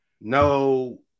no